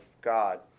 God